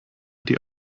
die